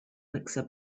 mixer